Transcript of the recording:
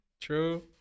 True